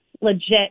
legit